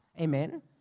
Amen